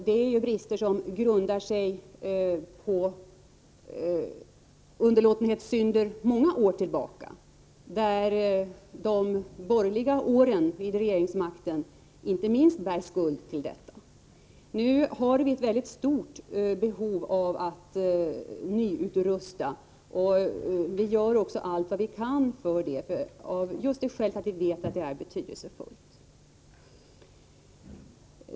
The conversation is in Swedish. Det är brister som uppstått på grund av underlåtenhetssynder sedan många år tillbaka, och inte minst de borgerliga regeringsåren har medverkat till detta. Nu har vi ett mycket stort behov av att nyutrusta, och vi gör allt vad vi kan av just det skälet att vi vet att detta är betydelsefullt.